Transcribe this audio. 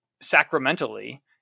sacramentally